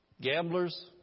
gamblers